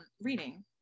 reading